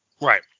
Right